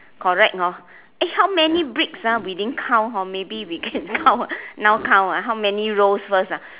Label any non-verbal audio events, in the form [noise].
correct hor eh how many bricks ah we didn't count hor maybe we can count [laughs] now count ah how many rows first ah